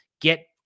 get